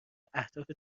اهداف